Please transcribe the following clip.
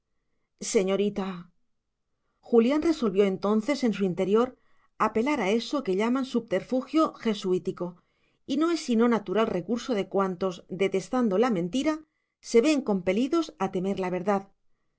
señorita julián resolvió entonces en su interior apelar a eso que llaman subterfugio jesuítico y no es sino natural recurso de cuantos detestando la mentira se ven compelidos a temer la verdad